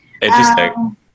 Interesting